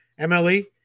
MLE